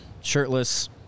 shirtless